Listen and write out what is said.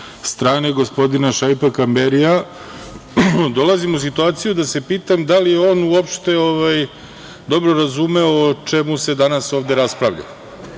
strane gospodina Šaipa Kamberija, dolazim u situaciju da se pitam, da li je on, uopšte dobro razumeo o čemu se danas ovde raspravlja? Ja,